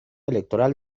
electoral